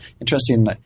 interesting